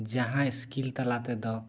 ᱡᱟᱦᱟᱸ ᱤᱥᱠᱤᱞ ᱛᱟᱞᱟ ᱛᱮᱫᱚ